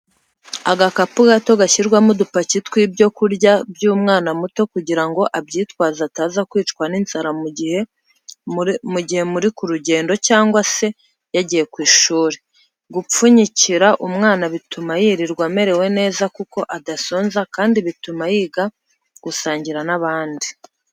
Agakapu gato gashyirwamo udupaki tw'ibyo kurya by'umwana muto kugirango abyitwaze ataza kwicwa n'inzara mu gihe muri ku rugendo cyangwa se yagiye ku ishuri, gupfunyikira umwana bituma yirirwa amerewe neza kuko adasonza kandi bituma yiga gusangira n'abandi.